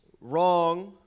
wrong